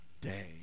day